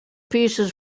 pieces